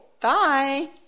Bye